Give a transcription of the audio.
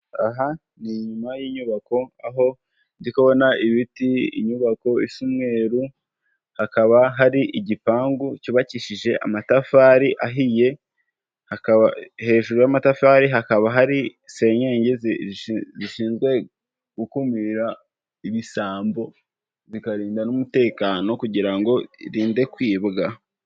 Aha ni inyuma y'inyubako aho ndi kubona ibiti, inyubako isa umweru, hakaba hari igipangu cyubakishije amatafari ahiye, hejuru y'amatafari hakaba hari senyenge zishinzwe gukumira ibisambo; zirinda n'umutekano kugira ngo zirinde kwibwa.